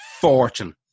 fortune